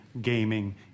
gaming